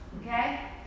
okay